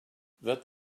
that